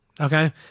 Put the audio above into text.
Okay